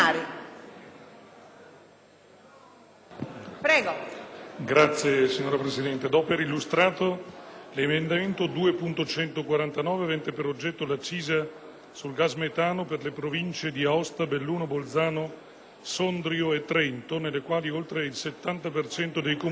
*(PD)*. Signora Presidente, do per illustrato l'emendamento 2.149, avente per oggetto l'accisa sul gas metano per le Province di Aosta, Belluno, Bolzano, Sondrio e Trento, nelle quali oltre il 70 per cento dei Comuni ricade nella zona climatica F.